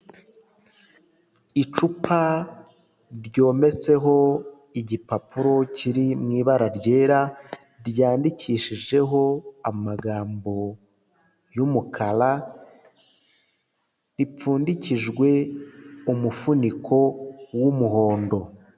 Icupa ryometseho igipapuro kiri mu ibara ryera, ryandikishijeho amagambo y'umukara, ripfundikijwe umufuniko w'umuhondo.